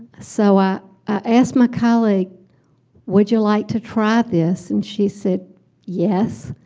so i asked my colleague would you like to try this and she said yes.